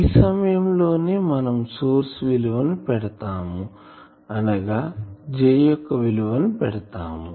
ఈ సమయం లోనే మనం సోర్స్ విలువ ని పెడతాము అనగా J యొక్క విలువ ని పెడతాము